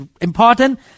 important